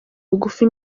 bugufi